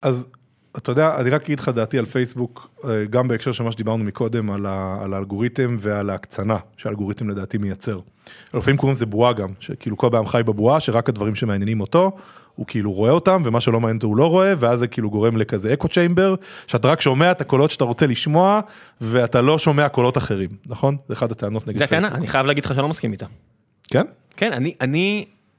אז אתה יודע, אני רק אגיד לך דעתי על פייסבוק גם בהקשר של מה שדיברנו מקודם על האלגוריתם ועל ההקצנה שהאלגוריתם לדעתי מייצר. לפעמים קוראים לזה בועה גם, כאילו בנאדם חי בבועה שרק הדברים שמעניינים אותו, הוא כאילו רואה אותם ומה שלא מעניין זה הוא לא רואה ואז זה כאילו גורם לכזה אקו-צ'יימבר, שאתה רק שומע את הקולות שאתה רוצה לשמוע ואתה לא שומע קולות אחרים, נכון? זה אחד הטענות נגד פייסבוק.זה הטענה, אני חייב להגיד לך שאני לא מסכים איתה. כן? כן, אני...